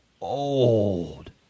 old